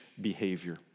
behavior